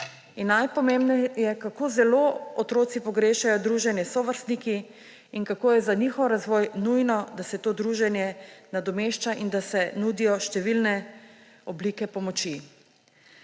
najpomembneje: kako zelo otroci pogrešajo druženje s sovrstniki in kako je za njihov razvoj nujno, da se to druženje nadomešča in da se nudijo številne oblike pomoči.